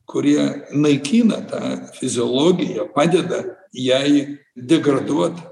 kurie naikina tą fiziologiją padeda jai degraduot